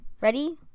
Ready